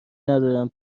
ندارم